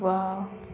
wow